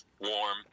warm